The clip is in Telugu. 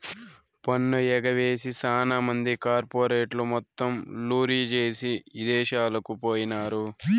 పన్ను ఎగవేసి సాన మంది కార్పెరేట్లు మొత్తం లూరీ జేసీ ఇదేశాలకు పోయినారు